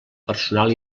personal